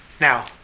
Now